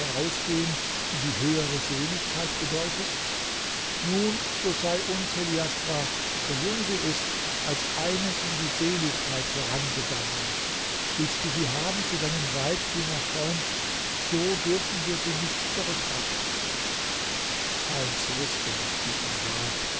vorausgehen in die höhere seligkeit bedeutet nun so sei uns heliastra so jung sie ist als eine in die seligkeit vorangegangene willst du sie haben zu deinem weib junger freund so dürfen wir sie nicht zurückhalten heinz wußte nicht wie ihm war